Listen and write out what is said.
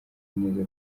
neza